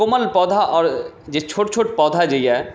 कोमल पौधा आओर जे छोट छोट पौधा जे अइ